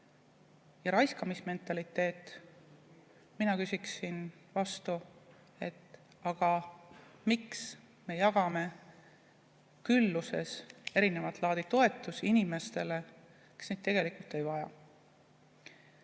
ja raiskamismentaliteet. Mina küsiksin vastu, et miks me jagame külluses erinevat laadi toetusi inimestele, kes neid tegelikult ei vaja.